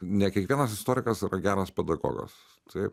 ne kiekvienas istorikas yra geras pedagogas taip